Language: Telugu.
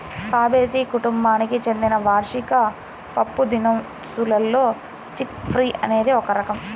ఫాబేసి కుటుంబానికి చెందిన వార్షిక పప్పుదినుసుల్లో చిక్ పీ అనేది ఒక రకం